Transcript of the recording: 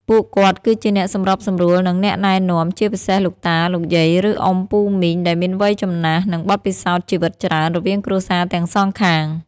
ពួកគាត់ គឹជាអ្នកសម្របសម្រួល និងអ្នកណែនាំ ជាពិសេសលោកតា លោកយាយ ឬអ៊ុំពូមីង ដែលមានវ័យចំណាស់ និងបទពិសោធន៍ជីវិតច្រើន រវាងគ្រួសារទាំងសងខាង។